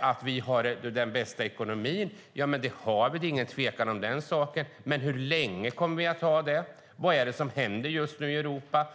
att vi har den bästa ekonomin. Det har vi; det råder ingen tvekan om den saken. Men hur länge kommer vi att ha det? Vad är det som händer just nu i Europa?